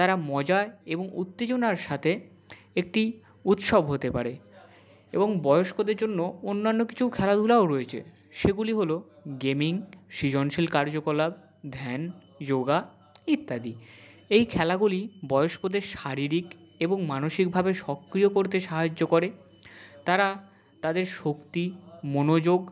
তারা মজায় এবং উত্তেজনার সাথে একটি উৎসব হতে পারে এবং বয়স্কদের জন্য অন্যান্য কিছু খেলাধূলাও রয়েছে সেগুলি হল গেমিং সৃজনশীল কার্যকলাপ ধ্যান যোগা ইত্যাদি এই খেলাগুলি বয়স্কদের শারীরিক এবং মানসিকভাবে সক্রিয় করতে সাহায্য করে তারা তাদের শক্তি মনোযোগ